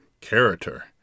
character